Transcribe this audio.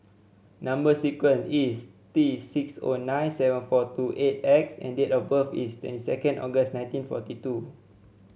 number sequence is T six O nine seven four two eight X and date of birth is twenty second August nineteen forty two